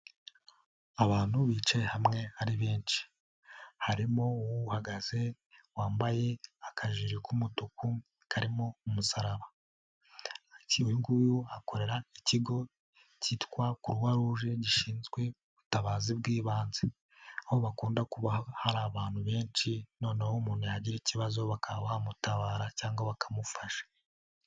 abantu bicaye hamwe ari benshi harimo uhagaze wambaye akajiri k'umutuku karimo umusaraba. Uyu nguyu akorera ikigo cyitwa croix rouge gishinzwe ubutabazi bw'ibanze, aho hakunze kuba hari abantu benshi noneho umuntu yagira ikibazo bakaba bamutabara cyangwa bakamufasha.